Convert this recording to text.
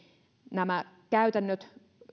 nämä käytännöt